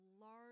large